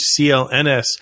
CLNS